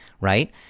Right